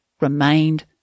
remained